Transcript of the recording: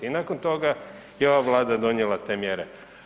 I nakon toga je ova Vlada donijela te mjere.